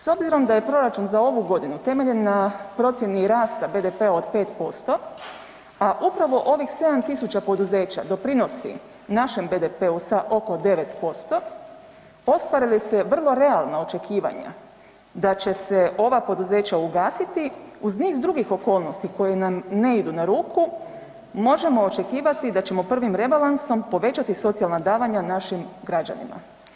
S obzirom da je proračun za ovu godinu temeljen na procjeni rasta BDP-a od 5%, a upravo ovih 7.000 poduzeća doprinosi našem BDP-u sa oko 9% ostvare li se vrlo realna očekivanja da će se ova poduzeća ugasiti uz niz drugih okolnosti koje nam ne idu na ruku možemo očekivati da ćemo prvim rebalansom povećati socijalna davanja našim građanima.